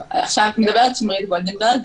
11:41)